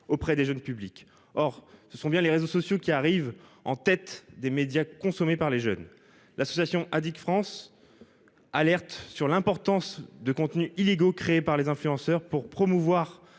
auprès des jeunes publics. Or ce sont bien les réseaux sociaux qui arrive en tête des médias consommée par les jeunes, l'association France. Alerte sur l'importance de contenus illégaux, créés par les influenceurs pour promouvoir